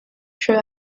true